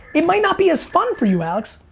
it might not be as fun for you, alex,